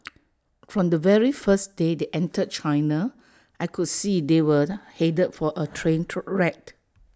from the very first day they entered China I could see they were headed for A train wreck